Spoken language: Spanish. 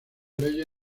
leyes